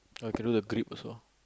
oh through the grip also